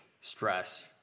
stress